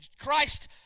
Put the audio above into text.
Christ